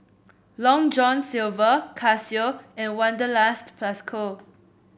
Long John Silver Casio and Wanderlust Plus Co